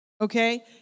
okay